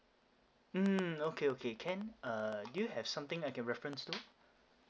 mm okay okay can uh do you have something I can reference to